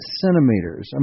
centimeters